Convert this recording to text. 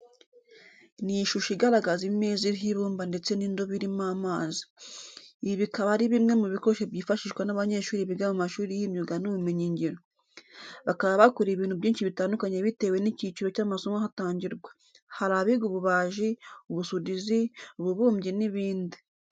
Ni ishusho igaragaza imeza iriho ibumba ndetse n'indobo irimo amazi. Ibi bikaba ari bimwe mu bikoresho byifashishwa n'abanyeshuri biga mu mashuri y'imyuga n'ubumenyingiro. Bakaba bakora ibintu byinshi bitandukanye bitewe n'icyiciro cy'amasomo ahatangirwa, hari abiga ububaji, ubusudizi, ububumbyi n'ibindi.